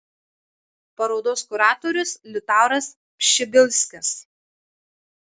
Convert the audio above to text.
parodos kuratorius liutauras pšibilskis